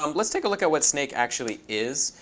um let's take a look at what snake actually is,